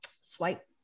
swipe